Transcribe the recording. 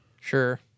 Sure